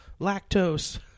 lactose